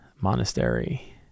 Monastery